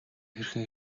хэрхэн